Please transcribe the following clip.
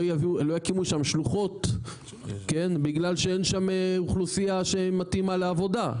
לא יקימו שם שלוחות בגלל שאין שם אוכלוסייה שמתאימה לעבודה.